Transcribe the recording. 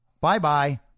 bye-bye